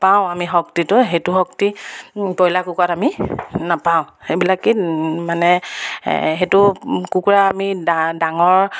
পাওঁ আমি শক্তিটো সেইটো শক্তি ব্ৰইলাৰ কুকুৰাত আমি নাপাওঁ সেইবিলাকেই মানে সেইটো কুকুৰা আমি ডাঙৰ